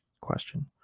question